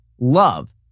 love